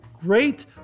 great